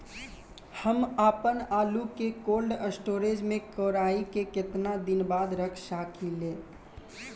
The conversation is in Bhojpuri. हम आपनआलू के कोल्ड स्टोरेज में कोराई के केतना दिन बाद रख साकिले?